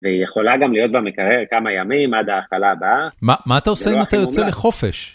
והיא יכולה גם להיות במקרר כמה ימים עד ההאכלה הבאה. מה אתה עושה אם אתה יוצא לחופש?